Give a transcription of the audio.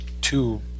two